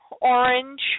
orange